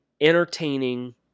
entertaining